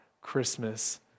Christmas